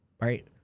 Right